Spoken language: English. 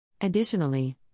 Additionally